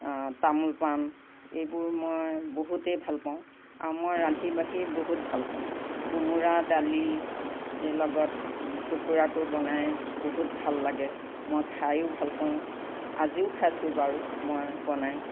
তামোল পাণ এইবোৰ মই বহুতে ভাল পাওঁ আৰু মই ৰান্ধি বাঢ়ি বহুত ভাল পাওঁ কোমোৰা দালি এই লগত টুকুৰাকৈ বনাই বহুত ভাল লাগে মই খায়ো ভাল পাওঁ আজিও খাইছোঁ বাৰু মই বনাই